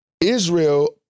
Israel